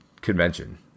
convention